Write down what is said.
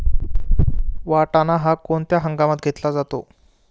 वाटाणा हा कोणत्या हंगामात घेतला जातो?